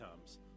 comes